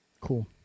Cool